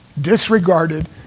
disregarded